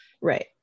Right